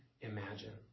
imagine